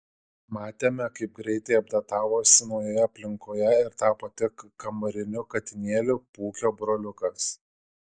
matėme kaip greitai adaptavosi naujoje aplinkoje ir tapo tik kambariniu katinėliu pūkio broliukas